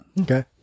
Okay